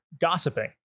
gossiping